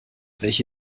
welche